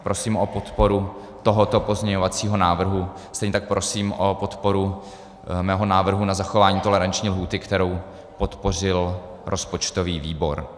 Prosím o podporu tohoto pozměňovacího návrhu, stejně tak prosím o podporu mého návrhu na zachování toleranční lhůty, kterou podpořil rozpočtový výbor.